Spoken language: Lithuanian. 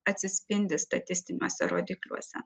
atsispindi statistiniuose rodikliuose